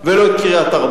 ולא את קריית-ארבע.